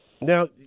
Now